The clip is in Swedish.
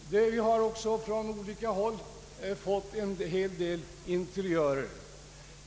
Utskottet fick också från olika håll en hel del interiörer.